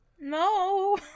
No